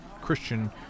Christian